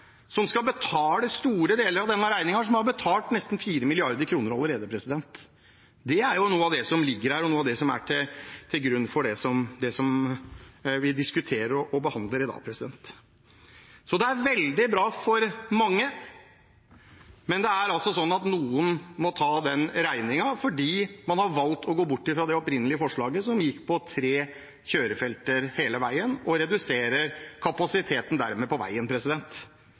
som skal betale store deler av denne regningen, og som har betalt nesten 4 mrd. kr allerede. Det er jo noe av det som ligger der, og noe av det som ligger til grunn for det vi diskuterer og behandler i dag. Det er veldig bra for mange, men det er altså slik at noen må ta den regningen, fordi man har valgt å gå bort fra det opprinnelige forslaget, som gikk på tre kjørefelt hele veien, og dermed reduserer kapasiteten på veien.